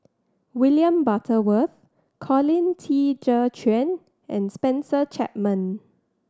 William Butterworth Colin Qi Zhe Quan and Spencer Chapman